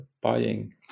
buying